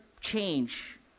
change